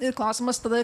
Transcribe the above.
ir klausimas tada